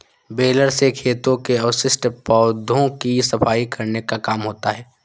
baler से खेतों के अवशिष्ट पौधों की सफाई करने का काम होता है